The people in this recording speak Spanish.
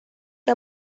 que